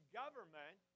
government